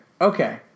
okay